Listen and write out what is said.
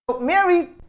Mary